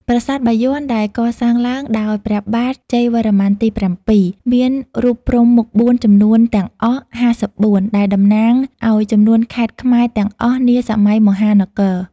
ប្រាសាទបាយ័នដែលកសាងឡើងដោយព្រះបាទជ័យវរ្ម័នទី៧ មានរូបព្រហ្មមុខបួនចំនួនទាំងអស់ ៥៤ ដែលតំណាងអោយចំនួនខេត្តខ្មែរទាំងអស់នាសម័យមហានគរ ។